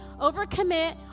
overcommit